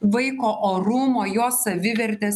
vaiko orumo jo savivertės